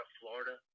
Florida